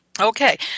Okay